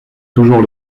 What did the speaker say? toujours